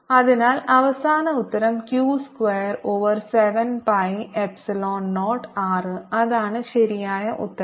അതിനാൽ അവസാന ഉത്തരം Q square over 7 pi epsilon 0 r അതാണ് ശരിയായ ഉത്തരം